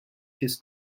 his